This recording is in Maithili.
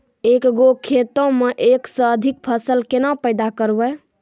एक गो खेतो मे एक से अधिक फसल केना पैदा करबै?